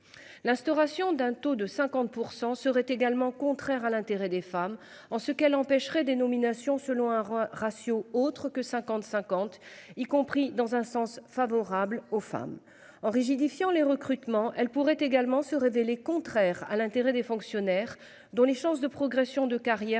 L'instauration d'un taux de 50% serait également contraire à l'intérêt des femmes en ce qu'elle empêcherait des nominations selon un ratio autre que 50 50, y compris dans un sens favorable aux femmes en rigidifier les recrutements. Elle pourrait également se révéler contraires à l'intérêt des fonctionnaires dont les chances de progression de carrière,